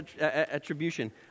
attribution